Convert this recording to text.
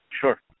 Sure